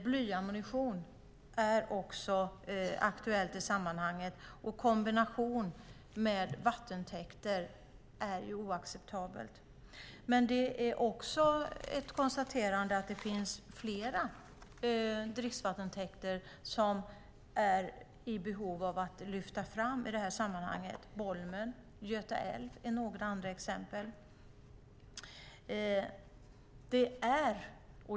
Blyammunition i kombinationen med vattentäkter är oacceptabelt. Det är fler dricksvattentäkter som behöver lyftas fram i detta sammanhang. Bolmen och Göta älv är några andra exempel.